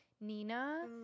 Nina